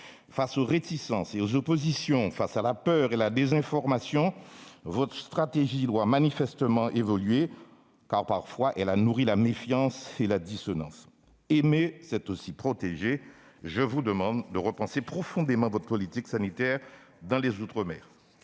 Face aux réticences et aux oppositions, face à la peur et à la désinformation, votre stratégie doit manifestement évoluer, car elle a parfois nourri la méfiance et la dissonance. Aimer, c'est aussi protéger. Je vous demande donc de repenser profondément votre politique sanitaire dans les outre-mer.